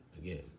again